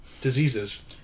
diseases